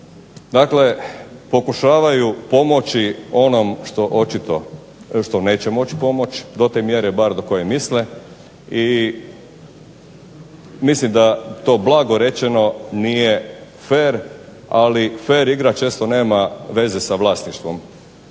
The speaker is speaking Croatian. dakle pokušavaju pomoći onom što očito neće moći pomoći, do te mjere bar do koje misle i mislim da to blago rečeno nije fer, ali fer igra često nema veze sa vlasništvom.